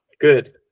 Good